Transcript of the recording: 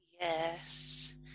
Yes